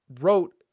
wrote